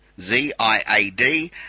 Z-I-A-D